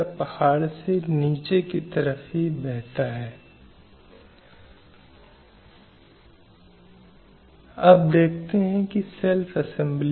अगला भेदभाव के खिलाफ महिलाओं की प्रभावी सुरक्षा सुनिश्चित करने के लिए न्यायाधिकरण और अन्य सार्वजनिक संस्थानों की स्थापना के लिए